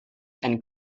and